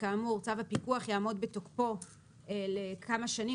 שכאמור צו הפיקוח יעמוד בתוקפו לכמה שנים.